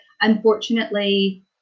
unfortunately